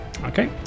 Okay